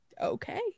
Okay